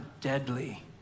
deadly